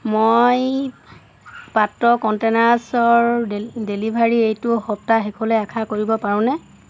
মই পাত্ৰৰ কণ্টেইনাৰ্ছৰ ডেলিভাৰী এইটো সপ্তাহ শেষলৈ আশা কৰিব পাৰোঁনে